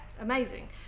amazing